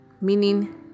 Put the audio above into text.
Meaning